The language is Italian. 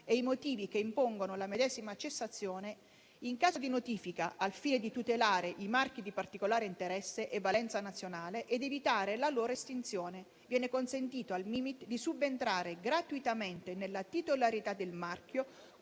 e i motivi che impongono la medesima cessazione. In caso di notifica, al fine di tutelare i marchi di particolare interesse e valenza nazionale ed evitare la loro estinzione, viene consentito al Mimit di subentrare gratuitamente nella titolarità del marchio,